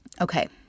Okay